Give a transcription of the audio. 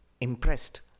impressed